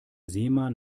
seemann